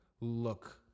look